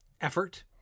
effort